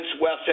West